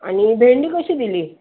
आणि भेंडी कशी दिली